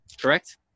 Correct